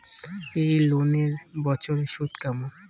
এই লোনের বছরে সুদ কেমন?